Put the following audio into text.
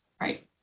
right